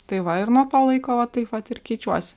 tai va ir nuo to laiko va taip vat ir keičiuosi